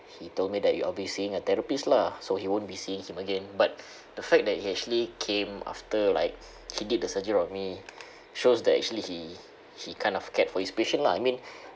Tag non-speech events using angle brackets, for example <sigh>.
he told me that I'll be seeing a therapist lah so he won't be seeing him again but the fact that he actually came after like he did the surgery on me shows that actually he he kind of cared for his patient lah I mean <breath>